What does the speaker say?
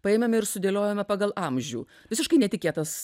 paėmėme ir sudėliojome pagal amžių visiškai netikėtas